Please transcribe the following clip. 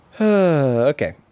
Okay